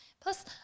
plus